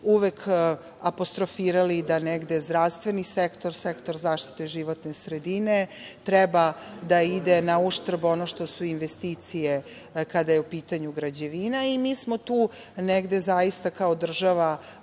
uvek apostrofirali da negde zdravstveni sektor, sektor zaštite životne sredine treba da ide na uštrb ono što su investicije kada je u pitanju građevina i mi smo tu negde kao država,